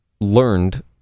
learned